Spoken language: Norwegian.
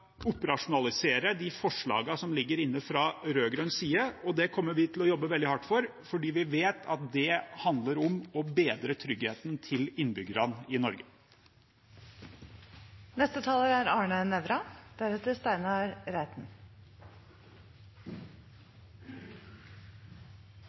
operasjonalisere de forslagene som ligger inne fra rød-grønn side. Det kommer vi til å jobbe veldig hardt for, fordi vi vet at det handler om å bedre tryggheten til innbyggerne i